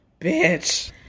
Bitch